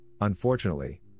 unfortunately